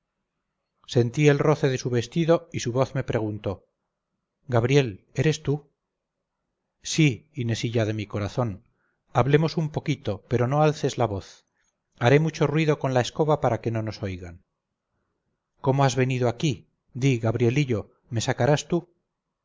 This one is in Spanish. sentí el roce de su vestido y su voz me preguntó gabriel eres tú sí inesilla de mi corazón hablemos un poquito pero no alces la voz haré mucho ruido con la escoba para que no nos oigan cómo has venido aquí di gabrielillo me sacarás tú